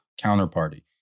counterparty